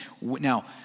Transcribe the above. Now